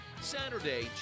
Saturday